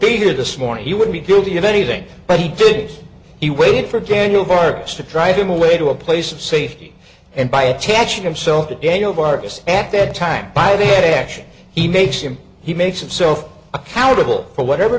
be here this morning he would be guilty of anything but he did he waited for daniel marcus to try him away to a place of safety and by attaching himself to daniel barcus at that time by day action he makes him he makes himself accountable for whatever